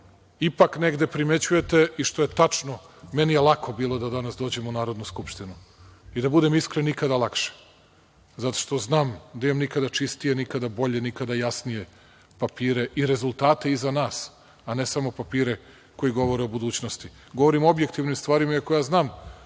ipak negde primećujete i što je tačno, meni je lako bilo da danas dođem u Narodnu skupštinu, da budem iskren, nikada lakše, zato što znam da imam nikada čistije, nikada bolje, nikada jasnije papire i rezultate iza nas, a ne samo papire koji govore o budućnosti. Govorim o objektivnim stvarima, iako znam